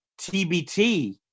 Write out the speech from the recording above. TBT